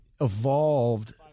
evolved